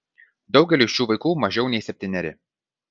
daugeliui šių vaikų mažiau nei septyneri